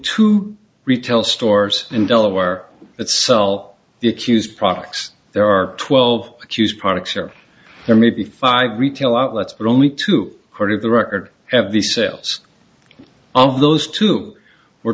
two retail stores in delaware that sell the accused products there are twelve accused products or there may be five retail outlets but only two court of the record have the sales of those two we're